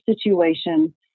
situation